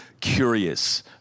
curious